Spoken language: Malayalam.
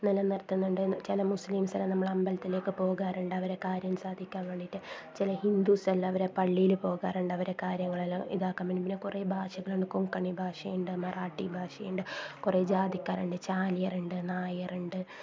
നിലനിർത്തുന്നുണ്ടെന്നുവെച്ചാല് ചില മുസ്ലിംസിനെ നമ്മൾ അമ്പലത്തിലേക്ക് പോകാറുണ്ട് അവരുടെ കാര്യം സാധിക്കാൻ വേണ്ടിയിട്ട് ചില ഹിന്ദൂസെല്ലാം അവരുടെ പള്ളിയില് പോകാറുണ്ട് അവരുടെ കാര്യങ്ങളെല്ലാം ഇതാക്കാൻ വേണ്ടി പിന്നെ കുറേ ഭാഷകളുണ്ട് കൊങ്കണി ഭാഷയുണ്ട് മറാഠി ഭാഷയുണ്ട് കുറേ ജാതിക്കാരുണ്ട് ചാലിയരുണ്ട് നായരുണ്ട്